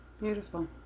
Beautiful